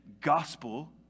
gospel